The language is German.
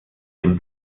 dem